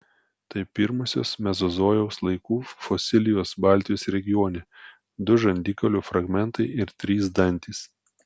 tai pirmosios mezozojaus laikų fosilijos baltijos regione du žandikaulio fragmentai ir trys dantys